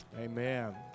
Amen